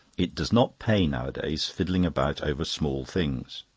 it does not pay nowadays, fiddling about over small things.